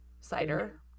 cider